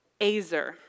Azer